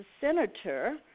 senator